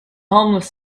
homeless